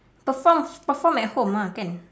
performs perform at home ah can